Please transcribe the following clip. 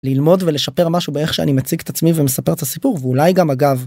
ללמוד ולשפר משהו באיך שאני מציג את עצמי ומספר את הסיפור, ואולי גם אגב.